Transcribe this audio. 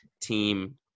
team